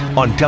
on